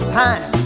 time